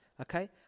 okay